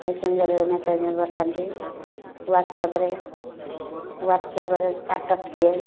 ମେସେଞ୍ଜରରେ message ପଠାନ୍ତି ୱାଟସ୍ଅପରେ ୱାଟସ୍ଅପରେ ଷ୍ଟାଟସ ଦିଏ